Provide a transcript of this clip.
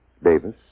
Davis